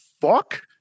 fuck